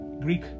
Greek